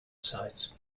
sites